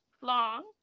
Long